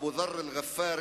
אבו ד'ר אל ע'פארי,